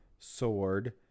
Sword